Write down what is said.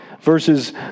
verses